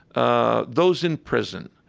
ah those in prison,